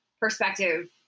perspective